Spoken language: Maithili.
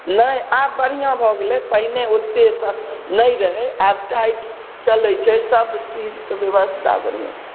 नहि अब बढ़िआँ भऽ गेलै पहिने ओतेक नहि रहैत आब टाइट चलैत छै सब चीजके ब्यवस्था बढ़िआँ छै